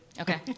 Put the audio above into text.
Okay